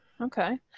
Okay